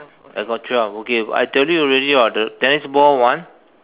I got twelve okay I tell you already [what] the tennis ball one